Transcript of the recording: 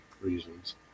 reasons